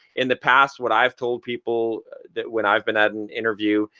in the past what i've told people when i've been at an interview.